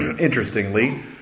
interestingly